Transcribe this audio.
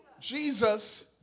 Jesus